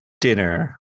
dinner